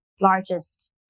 largest